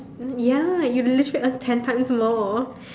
mm ya you literally earn ten times more